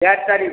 ଚାଏର୍ ତାରିଖ୍